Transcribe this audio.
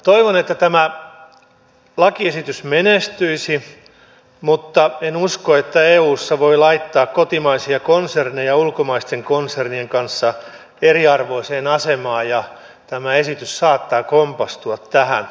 toivon että tämä lakiesitys menestyisi mutta en usko että eussa voi laittaa kotimaisia konserneja ulkomaisten konsernien kanssa eriarvoiseen asemaan ja tämä esitys saattaa kompastua tähän